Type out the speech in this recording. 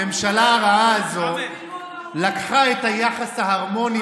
הממשלה הרעה הזאת לקחה את היחס ההרמוני